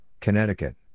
Connecticut